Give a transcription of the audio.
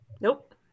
Nope